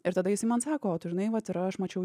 ir tada jisai man sako o tu žinai vat yra aš mačiau